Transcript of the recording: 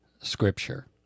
scripture